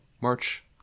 March